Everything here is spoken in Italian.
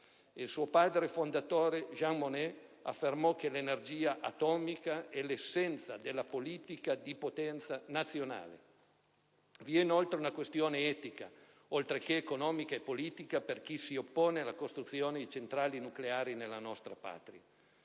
il suo padre fondatore, Jean Monnet, affermò che l'energia atomica è l'essenza della politica di potenza nazionale. Vi è inoltre una questione etica, oltre che economica e politica, per chi si oppone alla costruzione di centrali nucleari nel nostro Paese.